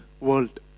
world